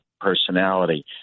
personality